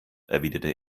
erwiderte